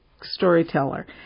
storyteller